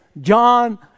John